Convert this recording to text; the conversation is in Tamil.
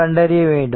கண்டறிய வேண்டும்